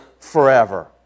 forever